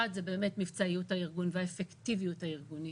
האחד זה באמת מבצעיות הארגון והאפקטיביות הארגונית.